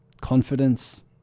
confidence